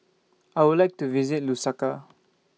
I Would like to visit Lusaka